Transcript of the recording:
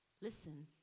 listen